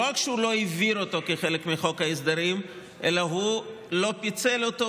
שלא רק שהוא לא העביר אותו כחלק מחוק ההסדרים אלא הוא לא פיצל אותו,